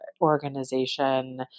organization